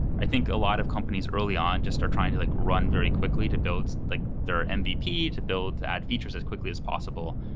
i think a lot of companies early on just start trying to run very quickly to build the their and mvp to build to add features as quickly as possible.